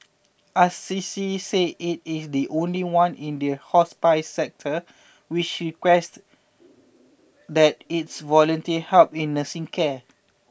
Assisi says it is the only one in the hospice sector which requests that its volunteer help in nursing care